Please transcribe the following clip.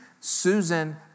Susan